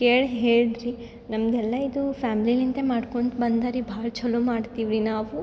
ಕೇಳಿ ಹೇಳಿರಿ ನಮ್ಮದೆಲ್ಲ ಇದು ಫ್ಯಾಮ್ಲಿಲಿಂದೆ ಮಾಡ್ಕೊಂತ ಬಂದರೀ ಭಾಳ ಛಲೋ ಮಾಡ್ತೀವ್ರಿ ನಾವು